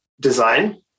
design